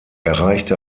erreichte